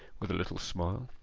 with a little smile.